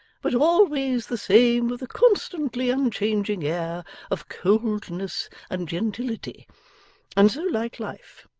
but always the same, with a constantly unchanging air of coldness and gentility and so like life,